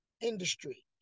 industry